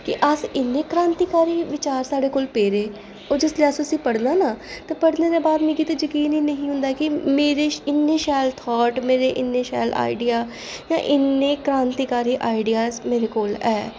कि अस इन्ने क्रांतिकारी बचार साढ़े कोल पेदे ओह् जिसलै अस उसी पढ़ना ना ते पढ़ने दे बाद मिगी ते जकीन ही निं हा होंदा कि मेरे श इन्ने शैल थॉट मेरे इन्ने शैल आइडिया जां इन्ने क्रांतिकारी आइडिया मेरे कोल ऐ